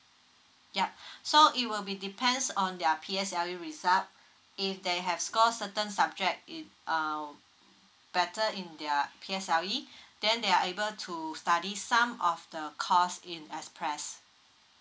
yup so it will be depends on their P_S_L_E result if they have score certain subject in um better in their P_S_L_E then they are able to study some of the course in express